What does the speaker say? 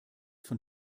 von